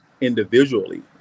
individually